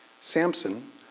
Samson